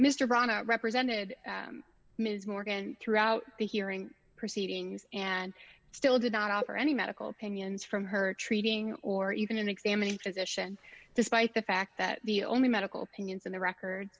bronner represented ms morgan throughout the hearing proceedings and still did not offer any medical opinions from her treating or even examining physician despite the fact that the only medical pinions in the record